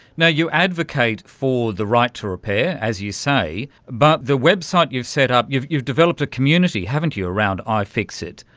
you advocate for the right to repair, as you say, but the website you've set up, you've you've developed a community, haven't you, around ifixit,